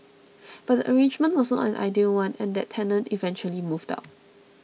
but the arrangement was not an ideal one and that tenant eventually moved out